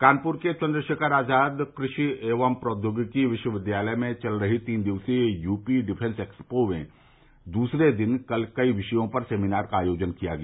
कानपुर के चन्द्रशेखर आजाद कृषि एवं प्रौद्योगिकी विश्वविद्यालय में चल रही तीन दिवसीय यूपी डिफेंस एक्सपो में दूसरे दिन कल कई विषयों पर सेमिनार का आयोजन किया गया